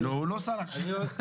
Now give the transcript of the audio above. הוא לא שר עכשיו.